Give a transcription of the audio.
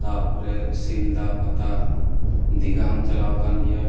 ᱛᱟᱯᱚᱨᱮ ᱥᱤᱞᱫᱟᱹ ᱯᱟᱛᱟ ᱫᱤᱜᱷᱟ ᱦᱚᱧ ᱪᱟᱞᱟᱣ ᱟᱠᱟᱱ ᱜᱮᱭᱟ